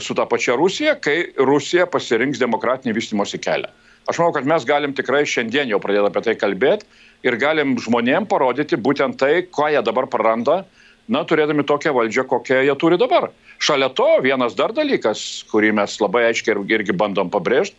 su ta pačia rusija kai rusija pasirinks demokratinį vystymosi kelią aš manau kad mes galim tikrai šiandien jau pradėt apie tai kalbėt ir galim žmonėm parodyti būtent tai ką jie dabar praranda na turėdami tokią valdžią kokią jie turi dabar šalia to vienas dar dalykas kurį mes labai aiškiai irgi bandom pabrėžt